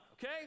okay